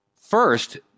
First